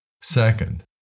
Second